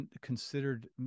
considered